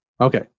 Okay